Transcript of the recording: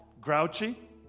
grouchy